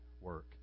work